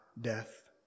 death